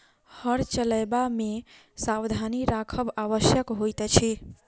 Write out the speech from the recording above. हर चलयबा मे सावधानी राखब आवश्यक होइत अछि